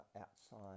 outside